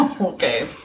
okay